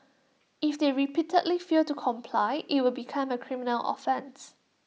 if they repeatedly fail to comply IT will become A criminal offence